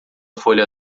folha